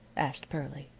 asked pearlie.